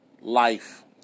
life